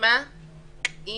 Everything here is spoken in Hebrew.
מסכימה עם